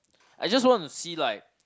I just want to see like